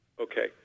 Okay